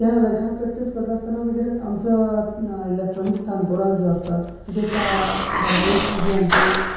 त्या अलंकार प्रॅक्टीस करतास्ताना मागीर आमच्या इलॉक्टोनीक तानपुरा जो आसा तेचेर ठारावीक जे आमची